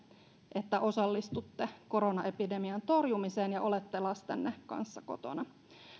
että osallistutte koronaepidemian torjumiseen ja olette lasten kanssa kotona